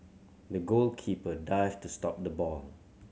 the goalkeeper dived to stop the ball